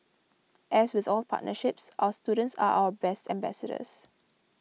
as with all partnerships our students are our best ambassadors